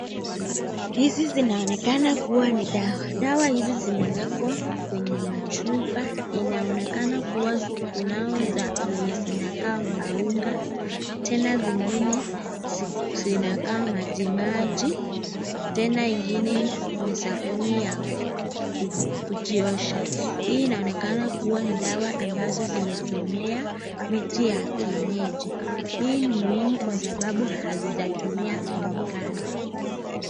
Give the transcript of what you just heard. Hizi zinaonekana kuwa ni dawa. Dawa hizi zimewekwa kwenye machupa inaonekana kuwa kunao zenye zinakaa unga unga. Tena zingine zinakaa maji maji. Tena ingine ni sabuni ya kujiosha. Hii inaonekana kuwa ni dawa ambazo zimetumia miti ya kienyeji. Hii ni muhimu kwa sababu hazijatumia kemikali.